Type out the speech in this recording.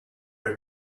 have